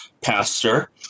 Pastor